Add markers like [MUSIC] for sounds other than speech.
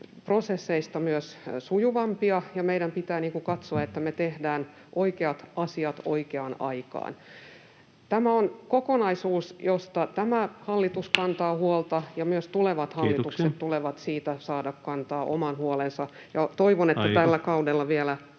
prosesseista myös sujuvampia, ja meidän pitää katsoa, että me tehdään oikeat asiat oikeaan aikaan. Tämä on kokonaisuus, josta tämä hallitus kantaa [NOISE] huolta, ja myös tulevien hallitusten [Puhemies: Kiitoksia!] tulee siitä saada kantaa oma huolensa, ja toivon, että tällä [Puhemies: